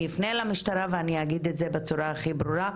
אני אפנה למשטרה ואני אגיד את זה בצורה הכי ברורה,